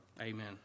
Amen